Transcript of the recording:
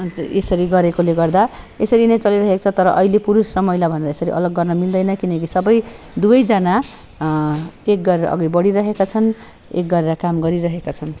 अन्त यसरी गरेकोले गर्दा यसरी नै चलिरहेको छ तर अहिले पुरूष र महिला भनेर यसरी अलग गर्न मिल्दैन किनकि सबै दुवैजना एक गरेर अघि बढिरहेका छन् एक गरेर काम गरिरहेका छन्